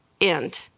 end